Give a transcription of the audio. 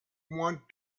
want